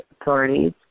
authorities